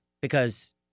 because-